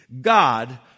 god